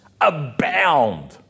abound